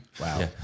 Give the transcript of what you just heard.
Wow